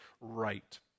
right